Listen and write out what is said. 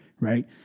Right